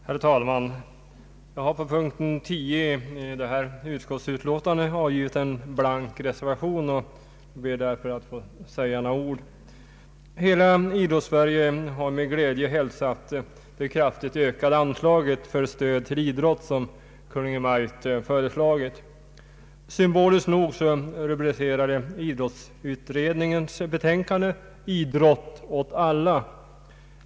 Herr talman! Jag har vid punkt 11 i detta utskottsutlåtande avgeit en blank reservation och ber att få säga några ord om denna. Hela Idrottssverige har med glädje hälsat det kraftigt ökade anslag för stöd till idrotten som Kungl. Maj:t föreslagit. Symboliskt nog rubricerades idrottsutredningens betänkande ”Idrott åt alla”.